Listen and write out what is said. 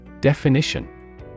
Definition